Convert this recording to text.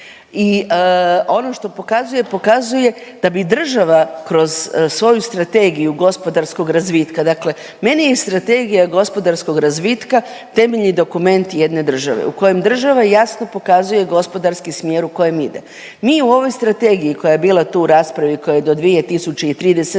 I ono što pokazuje, pokazuje da bi i država kroz svoju Strategiju gospodarskog razvitka, dakle meni je i Strategija gospodarskog razvitka temeljni dokument jedne države u kojem država jasno pokazuje gospodarski smjer u kojem ide. Mi u ovoj strategiji koja je bila tu u raspravi, koja je do 2030.